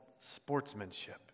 sportsmanship